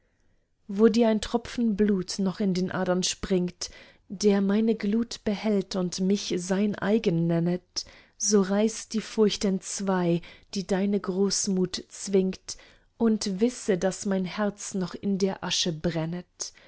wo dir ein tropfen blut noch in den adern springt der meine glut behält und mich sein eigen nennet so reiß die furcht entzwei die deine großmut zwingt und wisse daß mein herz noch in der asche brennet